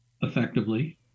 effectively